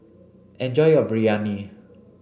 enjoy your Biryani